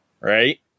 Right